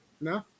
No